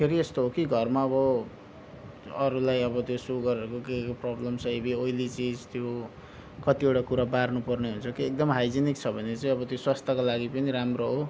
फेरि यस्तो हो कि घरमा अब अरूलाई अब त्यो सुगरहरूको केको प्रोब्लम छ यदि ओइली चिज त्यो कतिवटा कुरा बार्नु पर्ने हुन्छ कि एकदम हाइजिनिक छ भने चाहिँ त्यो स्वास्थ्यको लागि पनि राम्रो हो